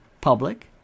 public